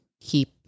keep